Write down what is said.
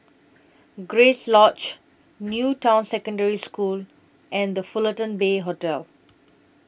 Grace Lodge New Town Secondary School and The Fullerton Bay Hotel